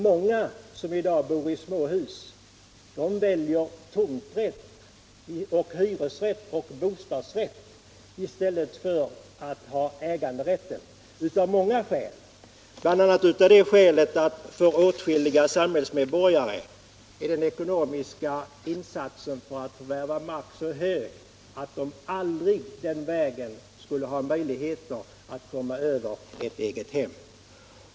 Många som i dag bor i småhus väljer nämligen tomträtt, hyresrätt eller bostadsrätt i stället för äganderätt av många skäl, bl.a. av det skälet att den ekonomiska insatsen för förvärv av mark är så hög att åtskilliga samhällsmedborgare aldrig den vägen skulle ha möjlighet att komma över ett eget hem.